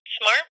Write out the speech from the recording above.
smart